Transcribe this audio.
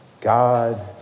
God